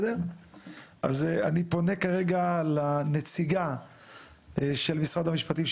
אני פונה כרגע לנציגה של משרד המשפטים,